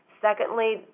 Secondly